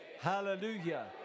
Hallelujah